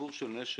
הסיפור של מלט,